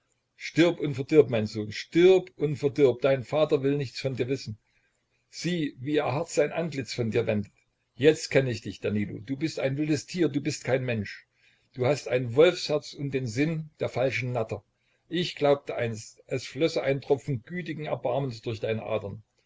stirb und verdirb mein sohn stirb und verdirb dein vater will nichts von dir wissen sieh wie er hart sein antlitz von dir wendet jetzt kenn ich dich danilo du bist ein wildes tier du bist kein mensch du hast ein wolfsherz und den sinn der falschen natter ich glaubte einst es flösse ein tropfen gütigen erbarmens durch deine adern